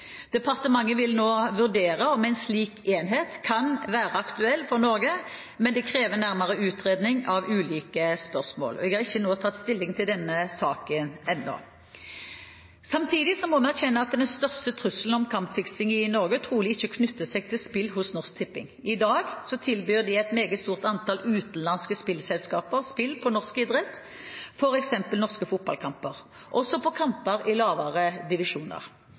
Departementet vil nå vurdere om en slik enhet kan være aktuell for Norge, men det krever nærmere utredning av ulike spørsmål, og jeg har ikke tatt stilling til denne saken ennå. Samtidig må vi erkjenne at den største trusselen om kampfiksing i Norge trolig ikke knytter seg til spill hos Norsk Tipping. I dag tilbyr et meget stort antall utenlandske spillselskaper spill på norsk idrett, f.eks. norske fotballkamper – også på kamper i lavere divisjoner.